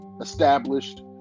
established